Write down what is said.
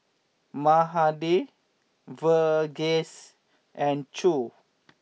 Mahade Verghese and Choor